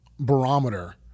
barometer